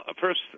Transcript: first